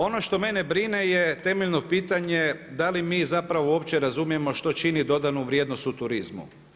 Ono što mene brine je temeljno pitanje da li mi zapravo uopće razumijemo što čini dodanu vrijednost u turizmu?